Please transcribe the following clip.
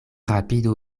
rapidu